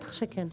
בטח שכן.